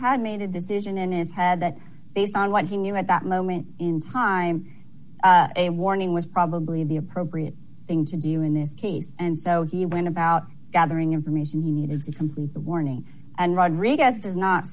had made a decision and his head that based on what he knew at that moment in time a warning was probably in the appropriate thing to do in this case and so he went about gathering information he needed to complete the warning and rodriguez does not